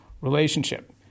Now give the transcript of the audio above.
relationship